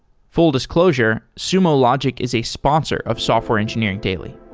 full disclosure sumo logic is a sponsor of software engineering daily